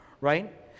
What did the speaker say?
right